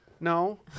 no